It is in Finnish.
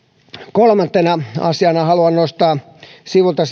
kolmantena asiana haluan nostaa sivulta